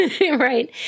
Right